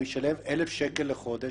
הוא ישלם 1,000 שקל לחודש,